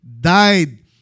died